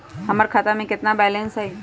हमर खाता में केतना बैलेंस हई?